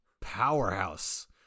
powerhouse